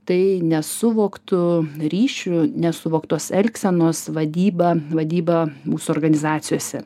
tai nesuvoktų ryšių nesuvoktos elgsenos vadyba vadyba mūsų organizacijose